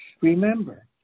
Remember